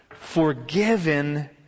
Forgiven